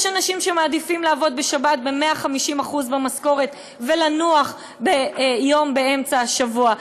יש אנשים שמעדיפים לעבוד בשבת ב-150% משכורת ולנוח יום באמצע השבוע.